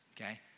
okay